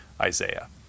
Isaiah